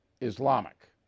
Islamic